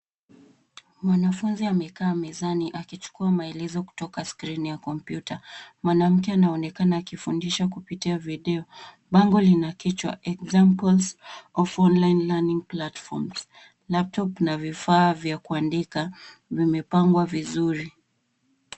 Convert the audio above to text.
Mwanafunzi amekaa mezani akichukua maelezo kutoka skrini ya kompyuta. Mwanamke anaonekana akifundisha kupitia video. Bango lina kichwa examples of online learning platforms . Laptop na vifaa vya kuandika vimepangwa vizuri.